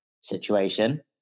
situation